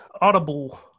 Audible